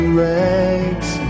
rags